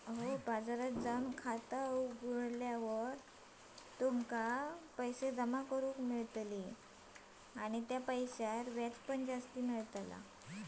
पैसा बाजारात खाता उघडल्यार तुमका पैशांवर व्याज जास्ती मेळताला